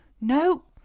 nope